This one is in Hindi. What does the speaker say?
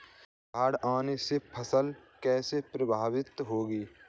बाढ़ आने से फसल कैसे प्रभावित होगी?